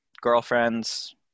girlfriends